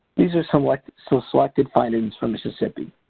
these are some like so selective findings from mississippi.